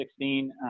2016